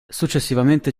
successivamente